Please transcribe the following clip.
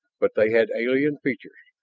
but they had alien features,